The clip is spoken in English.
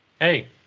Hey